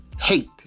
hate